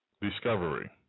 discovery